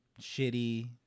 shitty